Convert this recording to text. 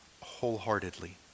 wholeheartedly